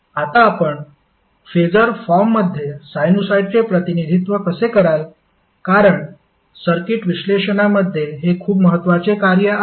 आता आपण फेसर फॉर्ममध्ये साइनुसॉईडचे प्रतिनिधित्व कसे कराल कारण सर्किट विश्लेषणामध्ये हे खूप महत्वाचे कार्य आहे